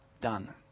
done